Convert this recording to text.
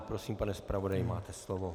Prosím, pane zpravodaji, máte slovo.